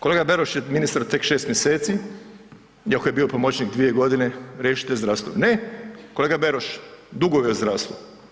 Kolega Beroš je ministar tek 6 mjeseci iako je bio pomoćnik 2.g. riješite zdravstvo, ne kolega Beroš dugovi u zdravstvu.